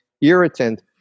irritant